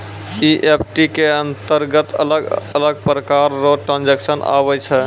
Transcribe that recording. EFT के अंतरगत अलग अलग प्रकार रो ट्रांजेक्शन आवै छै